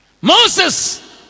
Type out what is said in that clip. Moses